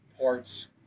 parts